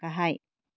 गाहाय